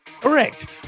Correct